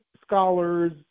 scholars